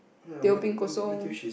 teh O peng kosong